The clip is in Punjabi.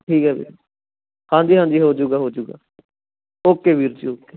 ਠੀਕ ਹੈ ਜੀ ਹਾਂਜੀ ਹੋ ਜੂਗਾ ਹੋ ਜੂਗਾ ਓਕੇ ਵੀਰ ਜੀ ਓਕੇ